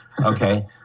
okay